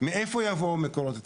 מאיפה יבואו המקורות התקציביים?